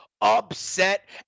Upset